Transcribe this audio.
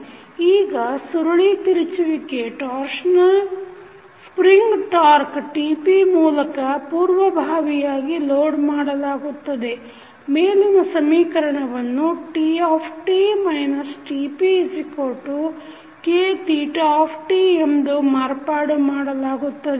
ಈಗ ಸುರುಳಿ ತಿರುಚುವಿಕೆ torsional spring ಟಾರ್ಕ TP ಮೂಲಕ ಪೂರ್ವಭಾವಿಯಾಗಿ ಲೋಡ್ ಮಾಡಲಾಗುತ್ತದೆ ಮೇಲಿನ ಸಮೀಕರಣವನ್ನುTt TPKθtಎಂದು ಮಾರ್ಪಾಡು ಮಾಡಲಾಗುತ್ತದೆ